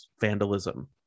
Vandalism